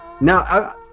Now